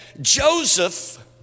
Joseph